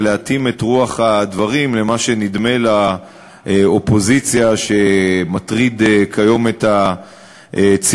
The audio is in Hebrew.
ולהתאים את רוח הדברים למה שנדמה לאופוזיציה שמטריד כיום את הציבור.